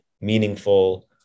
meaningful